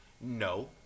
No